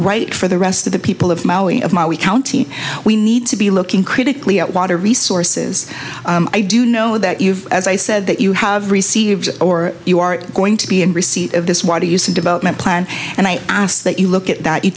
right for the rest of the people of mali of my we county we need to be looking critically at water resources i do know that you've as i said that you have received or you are going to be in receipt of this water use and development plan and i ask that you look at that you